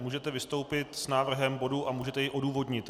Můžete vystoupit s návrhem bodu a můžete jej odůvodnit.